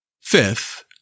Fifth